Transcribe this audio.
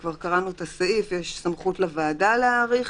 כבר קראנו את הסעיף, יש סמכות לוועדה להאריך